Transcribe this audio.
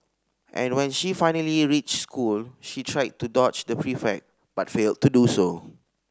and when she finally reached school she tried to dodge the prefect but failed to do so